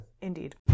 Indeed